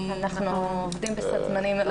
אנחנו עובדים בסד זמנים מאוד מאוד צפוף.